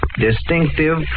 distinctive